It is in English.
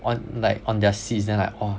on like on their seats then like !wah!